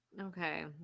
Okay